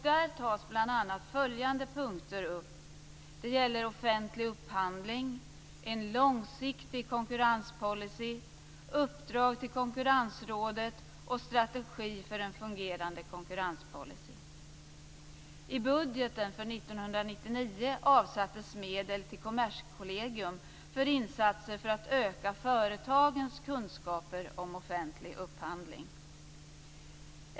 Där tas bl.a. följande punkter upp: Offentlig upphandling, långsiktig konkurrenspolicy, uppdrag till Konkurrensrådet och strategi för en fungerande konkurrenspolicy. I budgeten för 1999 avsattes medel till Kommerskollegium för insatser för att öka företagens kunskaper om offentlig upphandling.